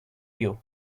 you